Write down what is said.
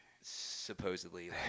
supposedly